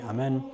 Amen